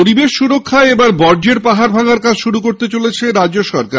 পরিবেশ রক্ষায় এবার বর্জ্যের পাহাড় ভাঙার কাজ শুরু করতে চলেছে রাজ্য সরকার